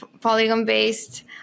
Polygon-based